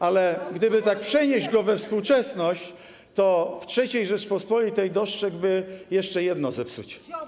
Ale gdyby tak przenieść go we współczesność, to w III Rzeczypospolitej dostrzegłby jeszcze jedno zepsucie.